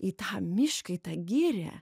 į tą mišką į tą girią